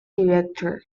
director